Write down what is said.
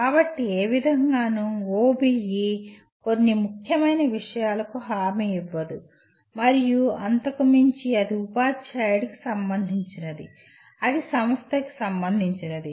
కాబట్టి ఏ విధంగానూ OBE కొన్ని ముఖ్యమైన విషయాలకు హామీ ఇవ్వదు మరియు అంతకు మించి అది ఉపాధ్యాయుడికి సంబంధించినది అది సంస్థకి సంబంధించినది